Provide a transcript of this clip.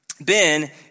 Ben